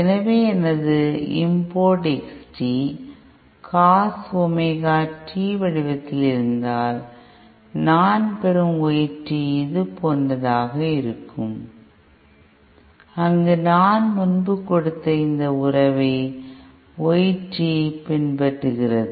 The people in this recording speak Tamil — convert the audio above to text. எனவே எனது input Xt cos omega t வடிவத்தில் இருந்தால் நான் பெறும் Yt இது போன்றதாக இருக்கும் அங்கு நான் முன்பு கொடுத்த இந்த உறவை ஒய் டி பின்பற்றுகிறது